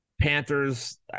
Panthers